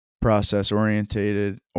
process-oriented